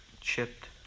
chipped